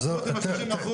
תעזבו אותי מהשלושים אחוז.